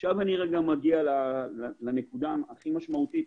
עכשיו אני מגיע לנקודה הכי משמעותית,